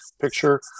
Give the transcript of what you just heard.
picture